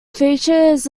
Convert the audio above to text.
features